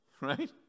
Right